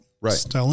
Right